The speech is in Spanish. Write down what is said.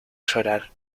llorar